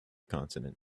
consonant